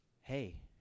hey